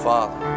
Father